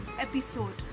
episode